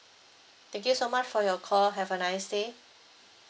thank you so much for your call have a nice day